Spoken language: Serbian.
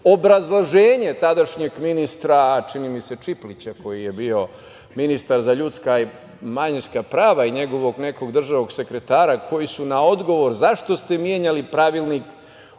obrazloženje tadašnjeg ministra, čini mi se Čiplića, koji je bio ministar za ljudska i manjinska prava, i njegovog nekakvog državnog sekretara, koji su na odgovor zašto ste menjali pravilnik